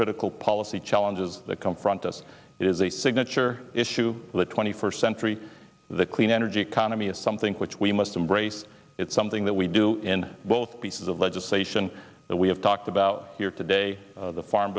critical policy challenges that confront us is a signature issue of the twenty first century the clean energy economy is something which we must embrace it's something that we do in both pieces of legislation that we have talked about here today the farm